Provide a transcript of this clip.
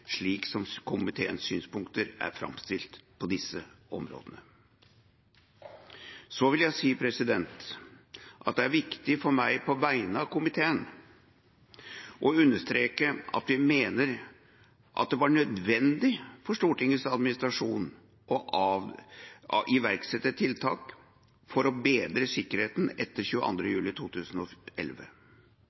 slik komiteens synspunkter er framstilt på disse områdene. Så vil jeg si at det er viktig for meg på vegne av komiteen å understreke at vi mener at det var nødvendig for Stortingets administrasjon å iverksette tiltak for å bedre sikkerheten etter 22. juli 2011.